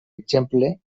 exemple